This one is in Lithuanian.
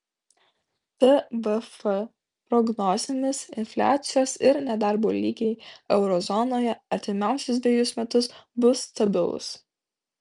tvf prognozėmis infliacijos ir nedarbo lygiai euro zonoje artimiausius dvejus metus bus stabilūs